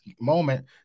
moment